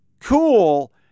cool